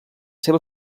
seva